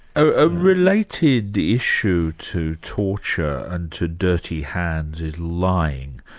a related issue to torture and to dirty hands is lying.